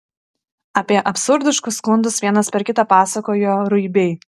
apie absurdiškus skundus vienas per kitą pasakojo ruibiai